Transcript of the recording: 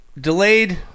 Delayed